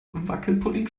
wackelpudding